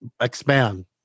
expand